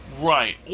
Right